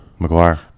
McGuire